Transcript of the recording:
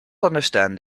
understand